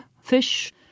fish